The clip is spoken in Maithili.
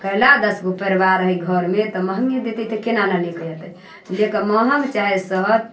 कइ लए दस गो परिवार हइ घरमे तऽ महँगे देतै तऽ केना नहि लऽ कऽ अयतै लए कऽ महँग चाहे सस्त